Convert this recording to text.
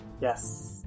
Yes